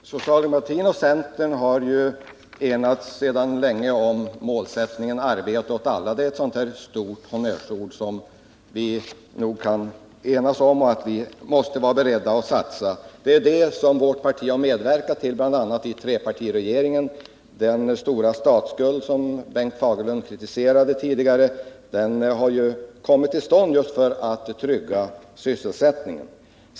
Herr talman! Socialdemokratin och centern har ju sedan länge varit eniga om målsättningen arbete åt alla. Det är ett sådant där stort honnörsord som vi måste vara beredda att satsa på. Det är det som vårt parti har medverkat till, bl.a. i trepartiregeringen. Den stora statsskuld, som Bengt Fagerlund kritiserade tidigare, har ju uppkommit just för att man velat trygga sysselsättningen.